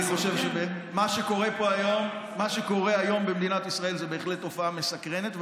אני חושב שמה שקורה היום במדינת ישראל זה בהחלט תופעה מסקרנת,